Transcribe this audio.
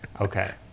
okay